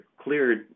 cleared